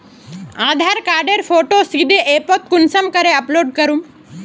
आधार कार्डेर फोटो सीधे ऐपोत कुंसम करे अपलोड करूम?